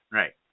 right